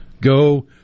go